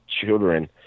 children